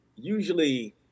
Usually